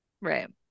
Right